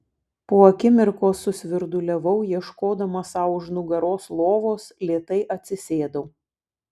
po akimirkos susvirduliavau ieškodama sau už nugaros lovos lėtai atsisėdau